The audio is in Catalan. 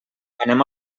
anem